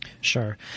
Sure